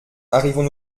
arrivons